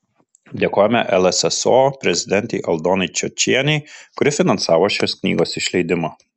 dėkojame lsso prezidentei aldonai čiočienei kuri finansavo šios knygos išleidimą